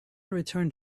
returned